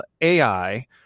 AI